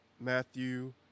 Matthew